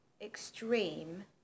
extreme